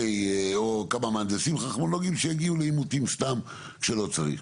או כמה מהנדסים חכמולוגים שיגיעו לעימותים סתם שלא צריך.